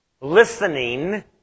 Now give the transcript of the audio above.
listening